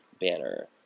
banner